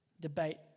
debate